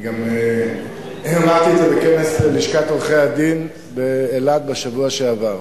אני גם אמרתי את זה בכנס לשכת עורכי-הדין באילת בשבוע שעבר.